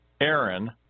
Aaron